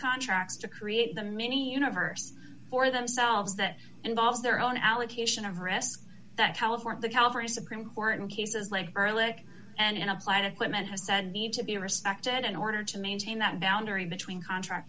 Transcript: contracts to create the mini universe for themselves that involves their own allocation of risk that how it worked the california supreme court in cases like ehrlich and applied of women has said need to be respected in order to maintain that boundary between contract